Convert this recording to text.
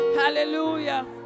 hallelujah